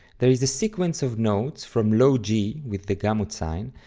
there is a sequence of notes, from low g, with the gamma sign,